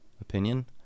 opinion